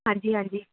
ਹਾਂਜੀ ਹਾਂਜੀ